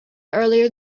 earlier